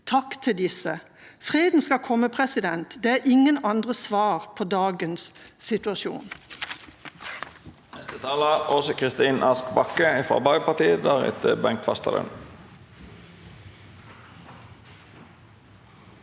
Takk til disse. Freden skal komme, det er ingen andre svar på dagens situasjon.